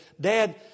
dad